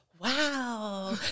wow